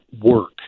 work